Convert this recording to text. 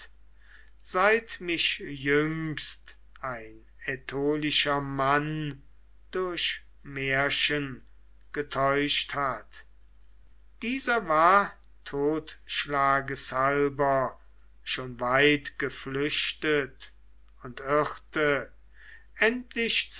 seit mich jüngst ein aitolischer mann durch märchen getäuscht hat dieser war totschlages halber schon weit geflüchtet und irrte endlich